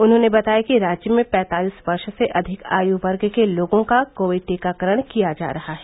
उन्होंने बताया कि राज्य में पैंतालीस वर्ष से अधिक आयु वर्ग के लोगों का कोविड टीकाकरण किया जा रहा है